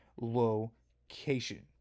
location